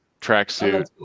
tracksuit